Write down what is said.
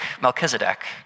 Melchizedek